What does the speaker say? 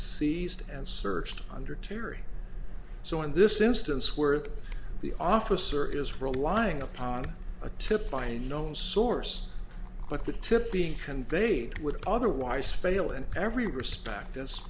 seized and searched under teary so in this instance where the officer is relying upon a tip find no source but the tip being conveyed with otherwise fail in every respect